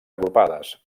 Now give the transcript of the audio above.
agrupades